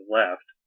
left